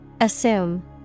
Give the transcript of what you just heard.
Assume